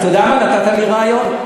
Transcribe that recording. אתה יודע מה, נתת לי רעיון.